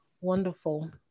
wonderful